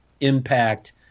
impact